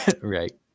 Right